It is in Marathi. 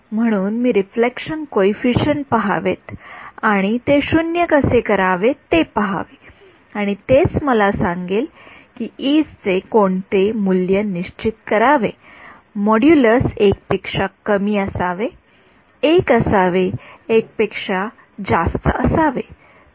म्हणून मी रिफ्लेक्शन कॉइफिसिएंट पहावे आणि ते शून्य कसे करावे ते पहावे आणि तेच मला सांगेल इज e's चे कोणते मूल्य निश्चित करावे मॉड्यूलस १ पेक्षा कमी असावे एक असावे एकापेक्षा जास्त असावे